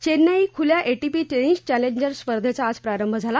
चेन्नई खुल्या ATP tennis challenger स्पर्धेचा आज प्रारंभ झाला